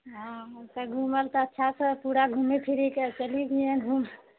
हँ तऽ घुमल तऽ अच्छासँ पूरा घुमि फिरि कऽ चलि जैहे